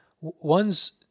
ones